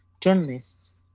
journalists